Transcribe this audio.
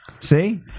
see